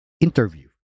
interview